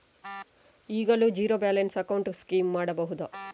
ಈಗಲೂ zero balance account scheme ಮಾಡಬಹುದಾ?